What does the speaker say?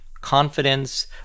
confidence